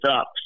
up